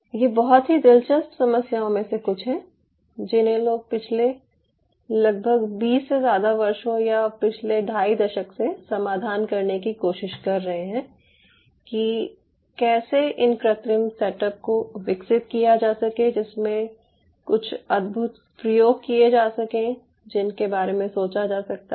ये बहुत ही दिलचस्प समस्याओं में से कुछ है जिन्हें लोग पिछले लगभग बीस से ज़्यादा वर्षों या पिछले ढाई दशक से समाधान करने की कोशिश कर रहे है कि कैसे इन कृत्रिम सेटअप को विकसित किया जा सके जिसमे कुछ अद्भुत प्रयोग किये जा सकें जिनके बारे में सोचा जा सकता है